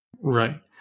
Right